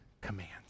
commands